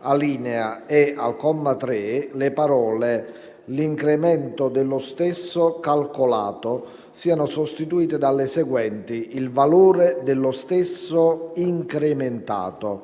alinea, e al comma 3, le parole: "l'incremento dello stesso calcolato" siano sostituite dalle seguenti: "il valore dello stesso incrementato";